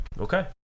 okay